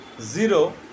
zero